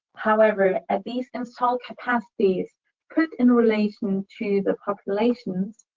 however, at these installed capacities put in relation to the populations,